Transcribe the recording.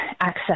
access